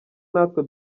natwe